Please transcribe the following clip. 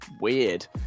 weird